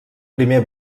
primer